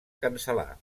cancel·lar